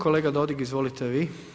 Kolega Dodig, izvolite vi.